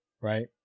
right